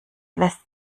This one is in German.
lässt